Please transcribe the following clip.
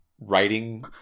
Writing